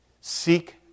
seek